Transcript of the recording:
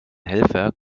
helfer